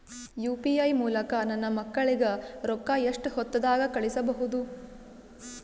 UPI ಮೂಲಕ ನನ್ನ ಮಕ್ಕಳಿಗ ರೊಕ್ಕ ಎಷ್ಟ ಹೊತ್ತದಾಗ ಕಳಸಬಹುದು?